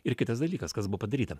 ir kitas dalykas kas buvo padaryta